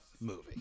movie